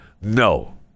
No